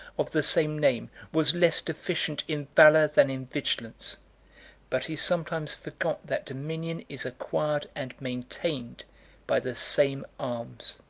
of the same name, was less deficient in valor than in vigilance but he sometimes forgot that dominion is acquired and maintained by the same arms.